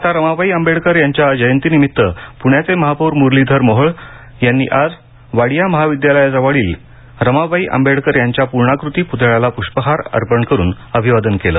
माता रमाबाई आंबेडकर यांच्या जयंतीनिमित्त पुण्याचे महापौर मुरलीधर मोहोळ यांनी आज वाडिया महाविद्यालयाजवळील रमाबाई आंबेडकर यांच्या पूर्णाकृती पुतळ्याला प्ष्पहार अर्पण करून अभिवादन केलं